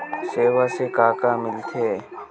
सेवा से का का मिलथे?